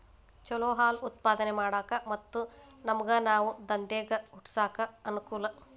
ಚಲೋ ಹಾಲ್ ಉತ್ಪಾದನೆ ಮಾಡಾಕ ಮತ್ತ ನಮ್ಗನಾವ ದಂದೇಗ ಹುಟ್ಸಾಕ ಅನಕೂಲ